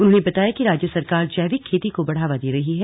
उन्होंने बताया कि राज्य सरकार जैविक खेती को बढ़ावा दे रही है